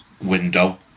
window